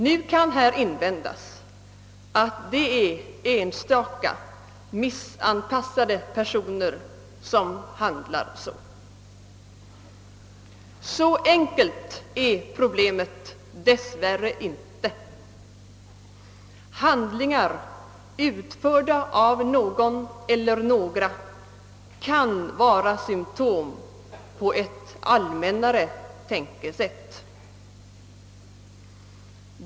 Det kan invändas att det är enstaka, missanpassade personer som handlar så. Så enkelt är problemet dess värre inte. Handlingar utförda av någon eller några kan vara symptom på ett allmännare tänkesätt.